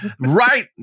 Right